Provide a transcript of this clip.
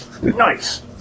Nice